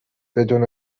بدون